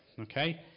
Okay